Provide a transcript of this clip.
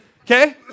Okay